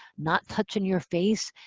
not touching your face.